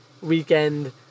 weekend